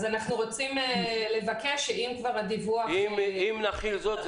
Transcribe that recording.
אז אנחנו רוצים לבקש שאם כבר הדיווח --- אם נחיל זאת,